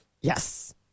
Yes